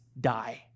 die